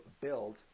build